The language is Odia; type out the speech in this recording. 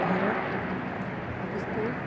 ଭାରତ ପାକିସ୍ତାନ